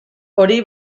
hori